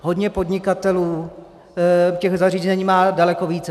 Hodně podnikatelů těch zařízení má daleko více.